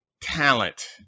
talent